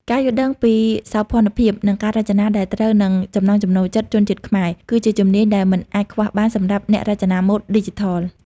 ការយល់ដឹងពីសោភ័ណភាព និងការរចនាដែលត្រូវនឹងចំណង់ចំណូលចិត្តជនជាតិខ្មែរ គឺជាជំនាញដែលមិនអាចខ្វះបានសម្រាប់អ្នករចនាម៉ូដឌីជីថល។